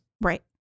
Right